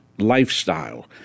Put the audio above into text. lifestyle